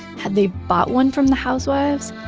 had they bought one from the housewives?